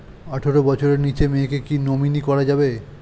আঠারো বছরের নিচে মেয়েকে কী নমিনি করা যাবে?